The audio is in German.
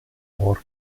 ort